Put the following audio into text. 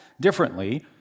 differently